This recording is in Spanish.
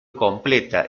completa